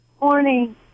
Morning